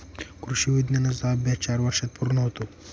कृषी विज्ञानाचा अभ्यास चार वर्षांत पूर्ण होतो